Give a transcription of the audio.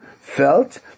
felt